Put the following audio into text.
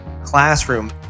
classroom